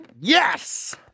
Yes